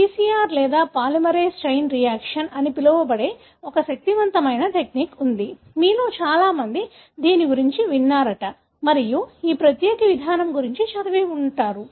PCR లేదా polymerase chain reaction అని పిలువబడే ఒక శక్తివంతమైన టెక్నిక్ ఉంది మీలో చాలామంది దీని గురించి విన్నారట మరియు ఈ ప్రత్యేక విధానం గురించి చదివి ఉంటారు